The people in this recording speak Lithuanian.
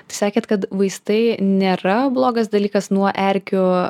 sakėt kad vaistai nėra blogas dalykas nuo erkių